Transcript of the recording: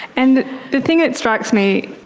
and the thing that strikes me,